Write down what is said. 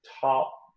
top